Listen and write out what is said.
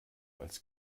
als